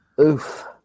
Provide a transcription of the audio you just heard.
Oof